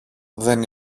δεν